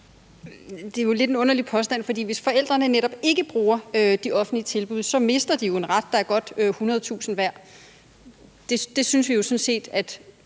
Det er jo lidt en underlig påstand, for hvis forældrene netop ikke bruger de offentlige tilbud, mister de jo en ret, der er godt 100.000 kr. værd. Så vi synes jo sådan set, det